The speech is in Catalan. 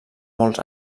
molts